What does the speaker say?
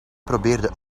probeerde